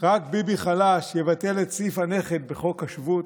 רק ביבי חלש יבטל את סעיף הנכד בחוק השבות,